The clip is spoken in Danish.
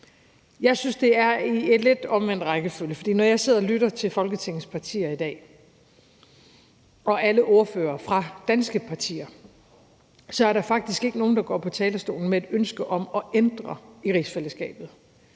Jeg synes, det er i lidt omvendt rækkefølge, for når jeg sidder og lytter til Folketingets partier i dag og alle ordførere fra danske partier, er der faktisk ikke nogen, der går på talerstolen med et ønske om at ændre rigsfællesskabet.